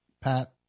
Pat